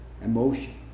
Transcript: emotion